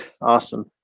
Awesome